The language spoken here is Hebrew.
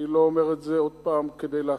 אני לא אומר את זה עוד פעם כדי להקניט.